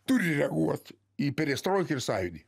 turi reaguot į perestroiką ir sąjūdį